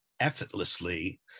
effortlessly